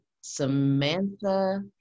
Samantha